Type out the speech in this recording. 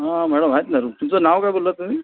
हां मॅडम आहेत ना रूम तुमचं नाव काय बोललात तुम्ही